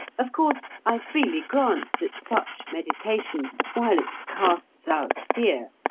of course, i freely grant that such meditation, while it casts out fear,